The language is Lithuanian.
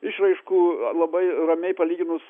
išraiškų labai ramiai palyginus